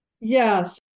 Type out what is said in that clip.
Yes